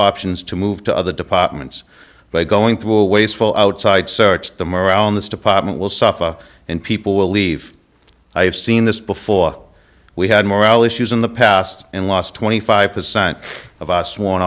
options to move to other departments but going through a wasteful outside search them around this department will suffer and people will leave i have seen this before we had morale issues in the past and lost twenty five percent of us